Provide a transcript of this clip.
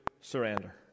surrender